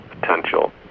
potential